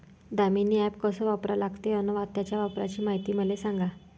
Damini app कस वापरा लागते? अन त्याच्या वापराची मायती मले सांगा